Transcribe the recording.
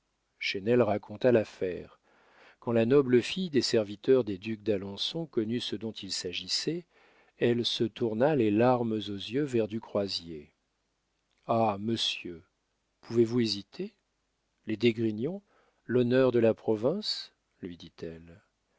chesnel raconta l'affaire quand la noble fille des serviteurs des ducs d'alençon connut ce dont il s'agissait elle se tourna les larmes aux yeux vers du croisier ah monsieur pouvez-vous hésiter les d'esgrignon l'honneur de la province lui dit-elle